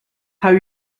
have